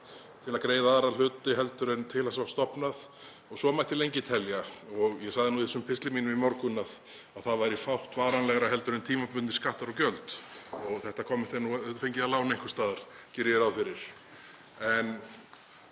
til að greiða aðra hluti en til var stofnað og svo mætti lengi telja. Ég sagði nú í þessum pistli mínum í morgun að það væri fátt varanlegra en tímabundnir skattar og gjöld og þetta er fengið að láni einhvers staðar geri ég ráð fyrir. En